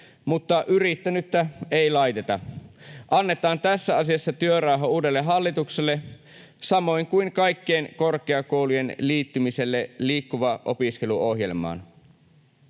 mutta yrittänyttä ei laiteta. Annetaan tässä asiassa työrauha uudelle hallitukselle samoin kuin kaikkien korkeakoulujen liittymiselle Liikkuva opiskelu ‑ohjelmaan.